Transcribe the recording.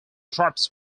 drapes